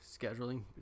scheduling